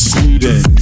Sweden